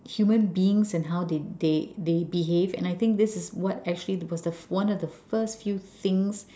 human beings and how they they they behave and I think this is what actually one of the first few things